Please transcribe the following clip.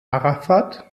arafat